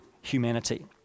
humanity